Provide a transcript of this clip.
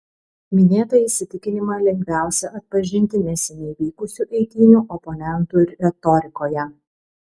minėtą įsitikinimą lengviausia atpažinti neseniai vykusių eitynių oponentų retorikoje